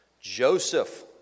Joseph